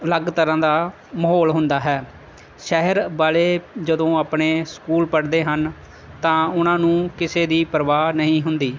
ਅਲੱਗ ਤਰ੍ਹਾਂ ਦਾ ਮਾਹੌਲ ਹੁੰਦਾ ਹੈ ਸ਼ਹਿਰ ਵਾਲੇ ਜਦੋਂ ਆਪਣੇ ਸਕੂਲ ਪੜ੍ਹਦੇ ਹਨ ਤਾਂ ਉਹਨਾਂ ਨੂੰ ਕਿਸੇ ਦੀ ਪਰਵਾਹ ਨਹੀਂ ਹੁੰਦੀ